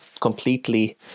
completely